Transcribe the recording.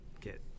get